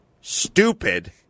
stupid